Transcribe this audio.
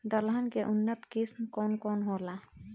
दलहन के उन्नत किस्म कौन कौनहोला?